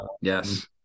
yes